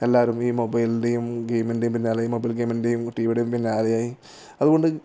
എല്ലാവരും ഈ മൊബൈലിൻ്റെയും ഗെയിമിൻ്റെയും പിന്നാലെ ഈ മൊബൈൽ ഗെയിമിൻ്റെയും ടിവിയുടെയും പിന്നാലെ ആയി ആയി അതുകൊണ്ട്